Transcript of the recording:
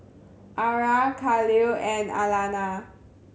Ara Kahlil and Alana